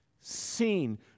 seen